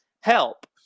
help